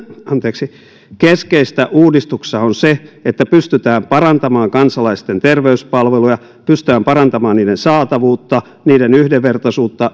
keskeistä uudistuksessa on se että pystytään parantamaan kansalaisten terveyspalveluja pystytään parantamaan niiden saatavuutta niiden yhdenvertaisuutta